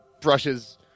brushes